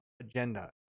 Agenda